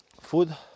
food